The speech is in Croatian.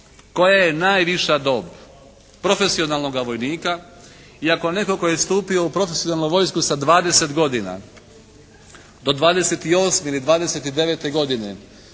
koja je najviša dob profesionalnoga vojnika. I ako netko tko je stupio u profesionalnu vojsku sa 20 godina, do 28 ili 29 godine